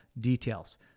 details